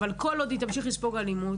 אבל כל עוד היא תמשיך לספוג אלימות,